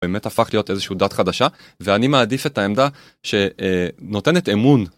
באמת הפך להיות איזשהו דת חדשה ואני מעדיף את העמדה שנותנת אמון.